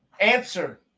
Answer